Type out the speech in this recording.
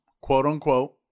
quote-unquote